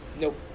Nope